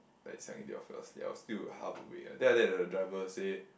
like suddenly the all fell asleep I was still half awake then then then after that the driver say